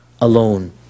alone